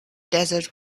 desert